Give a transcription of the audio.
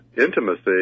intimacy